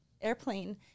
airplane